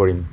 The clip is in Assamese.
কৰিম